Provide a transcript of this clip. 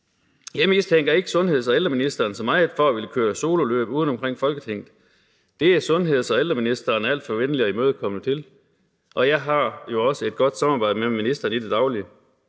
Jeg mistænker ikke sundheds- og ældreministeren så meget for at ville køre sololøb uden om Folketinget; det er sundheds- og ældreministeren alt for venlig og imødekommende til, og jeg har jo også et godt samarbejde med ministeren i det daglige.